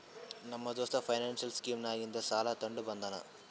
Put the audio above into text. ನಮ್ಮ ದೋಸ್ತ financial scheme ನಾಗಿಂದೆ ಸಾಲ ತೊಂಡ ಬಂದಾನ್